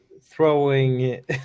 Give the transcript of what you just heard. throwing